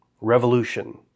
revolution